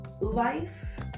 life